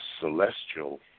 celestial